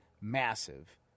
massive